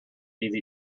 easy